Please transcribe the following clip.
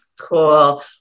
Cool